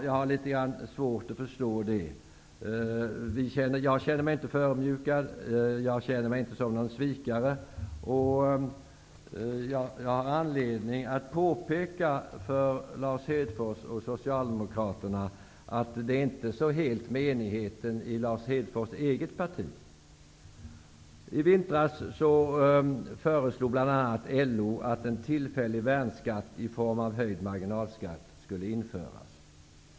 Jag har litet svårt att förstå det. Jag känner mig inte förödmjukad. Jag känner mig inte som någon svikare. Jag har anledning att påpeka för Lars Hedfors och Socialdemokraterna att det inte är så helt med enigheten i Lars Hedfors eget parti. I vintras föreslog bl.a. LO att en tillfällig värnskatt i form av höjd marginalskatt skulle införas.